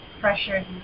pressure